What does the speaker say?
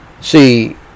See